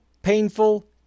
painful